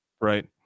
right